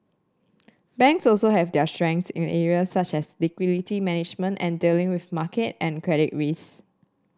banks also have their strengths in areas such as liquidity management and dealing with market and credit risks